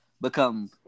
become